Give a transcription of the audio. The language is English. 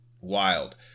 wild